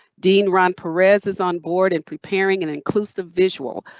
dean ron perez is on board in preparing an inclusive visual,